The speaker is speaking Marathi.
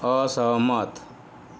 असहमत